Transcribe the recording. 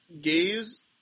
Gaze